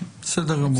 בסדר גמור.